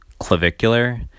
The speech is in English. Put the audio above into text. Clavicular